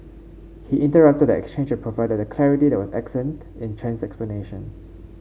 he interrupted the exchange and provided the clarity that was absent in Chen's